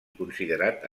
considerat